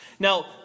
Now